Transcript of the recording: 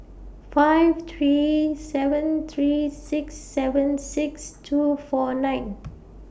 five three seven three six seven six two four nine